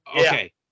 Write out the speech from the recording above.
Okay